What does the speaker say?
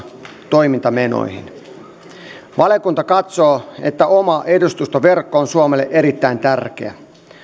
edustustoverkon toimintamenoihin valiokunta katsoo että oma edustustoverkko on suomelle erittäin tärkeä